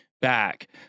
back